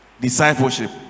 Discipleship